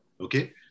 Okay